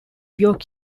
york